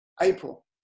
April